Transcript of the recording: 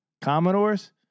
Commodores